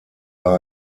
war